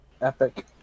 Epic